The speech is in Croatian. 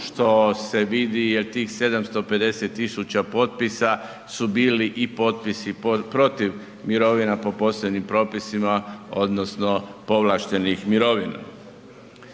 što se vidi jel tih 750000 potpisa su bili i potpisi protiv mirovina po posebnim propisima odnosno povlaštenih mirovina.